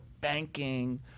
banking